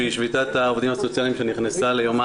שביתת העובדים הסוציאליים שנכנסה ליומה